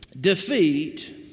Defeat